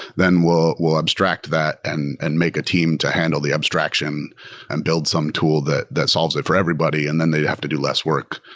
then we'll we'll abstract that and and make a team to handle the abstraction and build some tool that that solves it for everybody. and then they have to do less work.